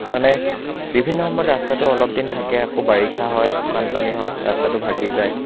মানে বিভিন্ন সময়ত ৰাস্তাটো অলপ দিন থাকে আকৌ বাৰিষা হয় বানপানী হয় ৰাস্তাটো ভাঙি যায়